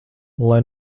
lai